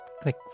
click